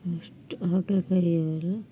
ಅಷ್ಟು ಹಾಗಲ್ಕಾಯಿ ಅವೆಲ್ಲ